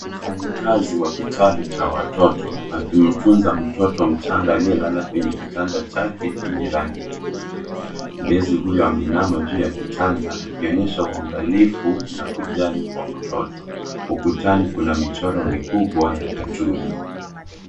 Mfanyikazi wa kitalu cha watoto, akimtunza mtoto mchanga aliye lala kwenye kitanda chake chenye rangi nyeupe, mlezi huyu ame inama juu ya kitanda akionyesha uangilifu na kujali kwa mtoto. Ukutani kuna michoro mikubwa ya katuni.